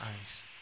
eyes